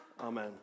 Amen